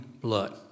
blood